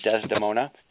Desdemona